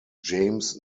james